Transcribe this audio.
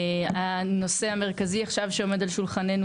הנושא המרכזי שעומד על שולחננו עכשיו,